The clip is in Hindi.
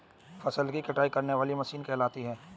फसल की कटाई करने वाली मशीन कहलाती है?